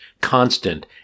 constant